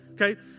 okay